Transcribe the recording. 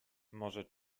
może